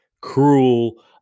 cruel